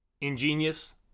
ingenious